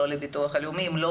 אם לא,